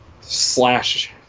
slash